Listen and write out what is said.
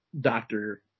doctor